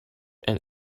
and